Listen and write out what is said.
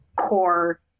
core